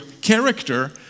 character